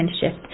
shift